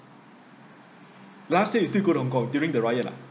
last week you still go to hong kong during the riot ah